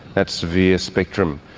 that severe spectrum.